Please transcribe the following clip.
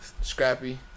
Scrappy